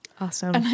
Awesome